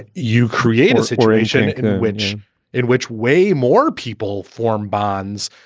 you create a situation in which in which way more people form bonds,